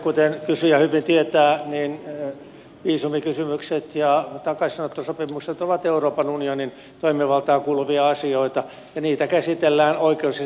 kuten kysyjä hyvin tietää niin viisumikysymykset ja takaisinottosopimukset ovat euroopan unionin toimivaltaan kuuluvia asioita ja niitä käsitellään oikeus ja sisäasiainneuvostossa